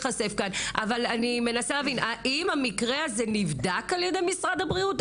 האם המקרה הזה נבדק על ידי משרד הבריאות?